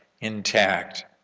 intact